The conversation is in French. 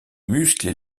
muscles